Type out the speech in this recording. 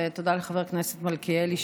ותודה לחבר הכנסת מלכיאלי,